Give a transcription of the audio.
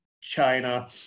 china